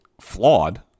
flawed